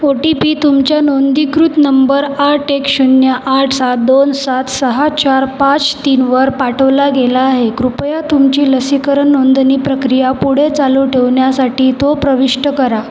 ओ T P तुमच्या नोंदणीकृत number आठ एक शून्य आठ सात दोन सात सहा चार पाच तीनवर पाठवला गेला आहे कृपया तुमची लसीकरण नोंदणी प्रक्रिया पुढे चालू ठेवण्यासाठी तो प्रविष्ट करा